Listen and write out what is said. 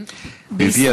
בישראל,